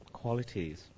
qualities